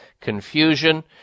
confusion